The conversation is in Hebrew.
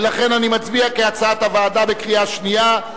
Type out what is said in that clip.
ולכן נצביע על הצעת הוועדה בקריאה שנייה.